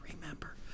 remember